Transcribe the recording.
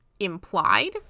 implied